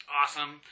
awesome